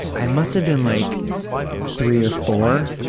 i must have been like three or four,